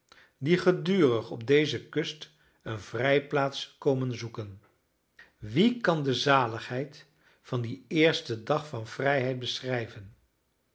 die gedurig op deze kust een vrijplaats komen zoeken wie kan de zaligheid van dien eersten dag van vrijheid beschrijven